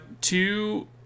two